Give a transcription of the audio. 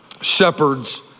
shepherds